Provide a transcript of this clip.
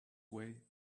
way